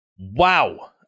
Wow